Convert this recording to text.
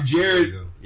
Jared